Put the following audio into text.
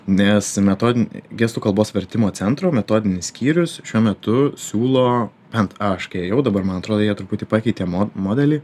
nes metodinė gestų kalbos vertimo centro metodinis skyrius šiuo metu siūlo bent aš kai ėjau dabar man atrodo jie truputį pakeitė mo modelį